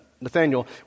Nathaniel